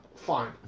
Fine